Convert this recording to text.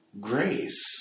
grace